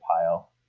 pile